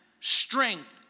strength